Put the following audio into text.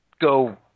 go